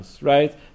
right